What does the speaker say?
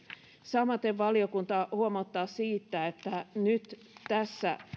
samaten valiokunta huomauttaa siitä että kun nyt tässä